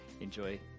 Enjoy